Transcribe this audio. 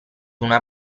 una